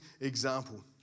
example